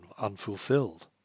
unfulfilled